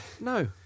No